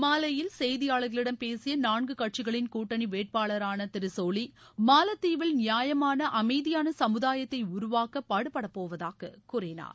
மாலேயில் செய்தியாளர்களிடம் பேசிய நான்கு கட்சிகளின் கூட்டணி வேட்பாளரான திரு சோலி மாலத்தீவில் நியாயமான அமைதியான சமுதாயத்தை உருவாக்க பாடுபடப்போவதாக கூறினார்